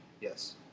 Yes